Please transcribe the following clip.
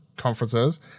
conferences